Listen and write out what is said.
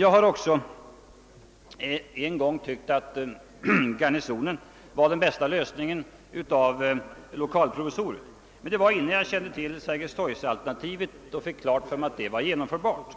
Jag har också en gång tyckt att Garnisonen var den bästa lösningen av lokalprovisoriet, men det var innan jag kände till Sergels torg-alternativet och fick klart för mig att det var genomförbart.